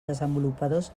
desenvolupadors